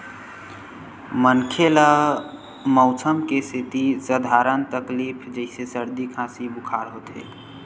मनखे ल मउसम के सेती सधारन तकलीफ जइसे सरदी, खांसी, बुखार होथे